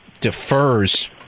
defers